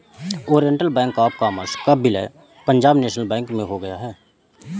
Oriental Bank of Commerce का विलय Punjab National Bank में हो गया है